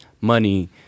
money